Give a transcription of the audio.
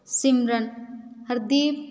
Simran Hardeep